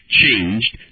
changed